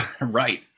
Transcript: right